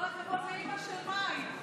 כל הכבוד לאימא של מאי.